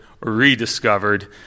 rediscovered